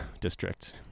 district